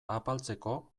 apaltzeko